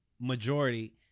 majority